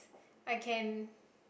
I can